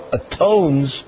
atones